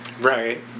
Right